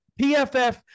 pff